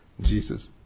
Jesus